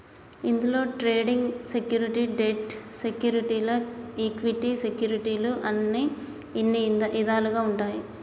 ఇందులో trading security, debt సెక్యూరిటీలు equity సెక్యూరిటీలు అని ఇన్ని ఇదాలుగా ఉంటాయి